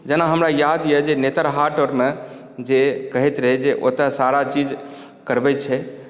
जेना हमरा याद यऽ जे नेतरहाट आओरमे जे कहैत रहै जे ओतऽ सारा चीज करबै छै